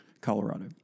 Colorado